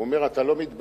הוא אומר: אתה לא מתבייש?